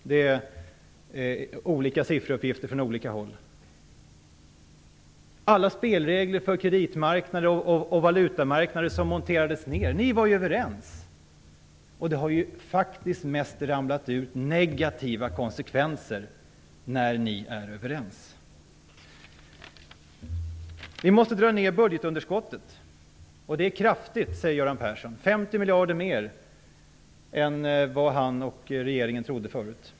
Det finns olika sifferuppgifter från olika håll. Många spelregler för kreditmarknader och valutamarknader monterades ner. Ni var ju överens om detta. Det har ju faktiskt mest ramlat ut negativa konsekvenser när ni är överens. Göran Persson säger att vi måste dra ner budgetunderskottet kraftigt. Det måste ner med 50 miljarder mer än vad han och regeringen trodde förut.